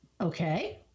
Okay